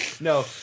No